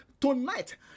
Tonight